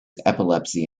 epilepsy